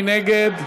מי נגד?